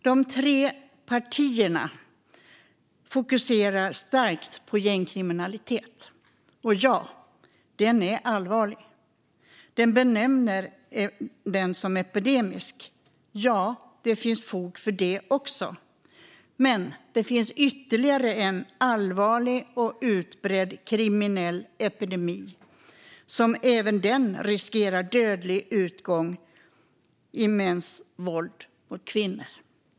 De tre partierna fokuserar starkt på gängkriminaliteten, och, ja, den är allvarlig. De kallar den epidemisk, och det finns fog för det också. Men det finns ytterligare en allvarlig och utbredd kriminell epidemi som även den riskerar att få dödlig utgång: mäns våld mot kvinnor.